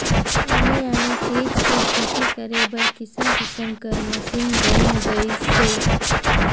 आने आने चीज के खेती करे बर किसम किसम कर मसीन बयन गइसे